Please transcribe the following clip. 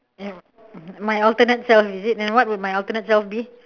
and my alternate self is it and what would my alternate self be